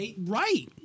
Right